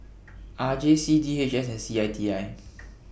R J C D H S and C I T I